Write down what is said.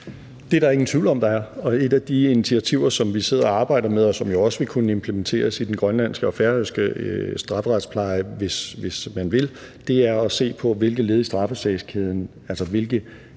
Det er der ingen tvivl om der er, og et af de initiativer, som vi sidder og arbejder med, og som også vil kunne implementeres i den grønlandske og færøske strafferetspleje, hvis man vil, er jo at se på, hvilke led i straffesagskæden, altså hvilke